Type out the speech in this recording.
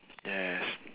yes